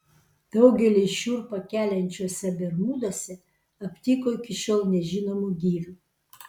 daugeliui šiurpą keliančiuose bermuduose aptiko iki šiol nežinomų gyvių